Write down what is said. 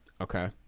Okay